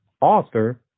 author